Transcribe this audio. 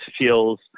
feels